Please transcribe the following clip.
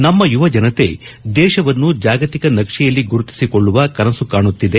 ನಮ್ಮ ಯುವಜನತೆ ದೇಶವನ್ನು ಜಾಗತಿಕ ನಕ್ಷೆಯಲ್ಲಿ ಗುರುತಿಸಿಕೊಳ್ಳುವ ಕನಸು ಕಾಣುತ್ತಿದೆ